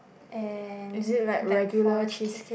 and black forest cake